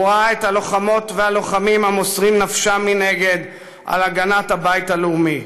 הוא ראה את הלוחמות והלוחמים המוסרים נפשם מנגד על הגנת הבית הלאומי.